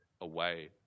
away